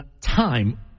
time